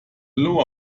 lower